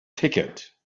ticket